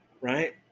right